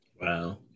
Wow